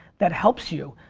that helps you.